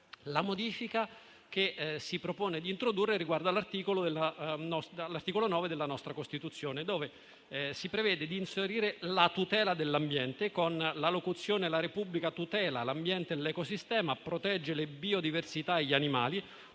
La modifica che si propone di introdurre riguarda l'articolo 9 della nostra Costituzione, al quale si intende aggiungere un comma nel quale si prevede di inserire la tutela dell'ambiente con la locuzione: «La Repubblica tutela l'ambiente e l'ecosistema, protegge le biodiversità e gli animali,